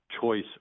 choice